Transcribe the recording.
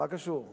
הצעות חוק,